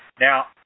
Now